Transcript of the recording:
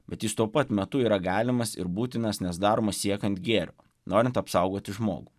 bet jis tuo pat metu yra galimas ir būtinas nes daromas siekiant gėrio norint apsaugoti žmogų